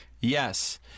Yes